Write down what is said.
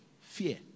Fear